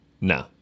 No